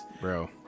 Bro